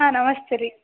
ಹಾಂ ನಮಸ್ತೆ ರೀ